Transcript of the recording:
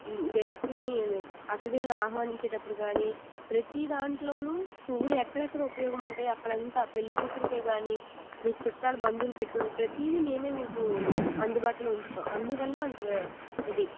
గెస్ట్లని అతిథులని ఆహ్వానించేటప్పుడు కానీ ప్రతీ దాంట్లో పూలు ఎక్కడెక్కడ ఉపయోగం ఉంటాయో అక్కడ అంతా పెళ్ళికూతురుకు కానీ మీ చుట్టాలు బంధువులు పెట్టుకోవడానికి ప్రతిది మేము మీకు అందుబాటులో ఉంచుతాం అందువల్ల అంతగా ఇది